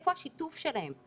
איפה השיתוף שלהם?